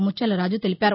ముత్యాలరాజు తెలిపారు